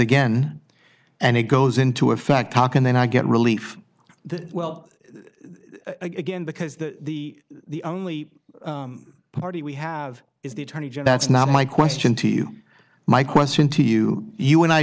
again and it goes into a fact talk and then i get relief that well again because the the the only party we have is the attorney general it's not my question to you my question to you you and i